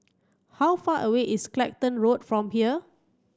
how far away is Clacton Road from here